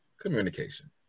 Communication